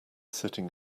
sitting